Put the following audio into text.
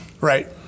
Right